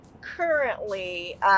currently